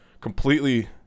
completely